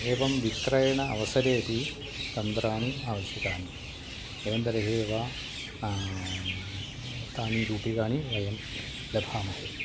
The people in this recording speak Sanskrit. एवं विक्रयण अवसरेपि तन्त्राणि आवश्यकानि एवन् तर्हि एव तानि रूप्यकाणि वयं लभामहे